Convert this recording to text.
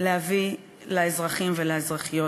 להביא לאזרחים ולאזרחיות?